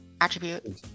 attribute